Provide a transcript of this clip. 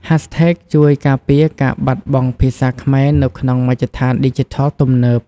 ហាស់ថេកជួយការពារការបាត់បង់ភាសាខ្មែរនៅក្នុងមជ្ឍដ្ឋានឌីជីថលទំនើប។